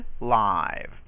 live